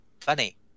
funny